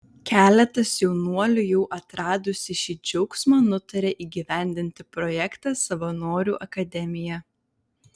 keletas jaunuolių jau atradusių šį džiaugsmą nutarė įgyvendinti projektą savanorių akademija